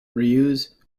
reuse